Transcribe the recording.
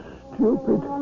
stupid